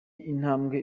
intambwe